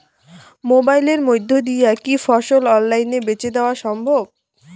মোবাইলের মইধ্যে দিয়া কি ফসল অনলাইনে বেঁচে দেওয়া সম্ভব?